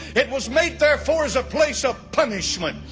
it was made, therefore, as a place of punishment,